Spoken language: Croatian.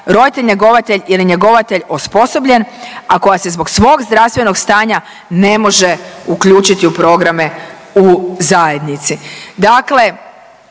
roditelj njegovatelj ili njegovatelj osposobljen, a koja se zbog svog zdravstvenog stanja ne može uključiti u programe u zajednici,